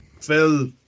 Phil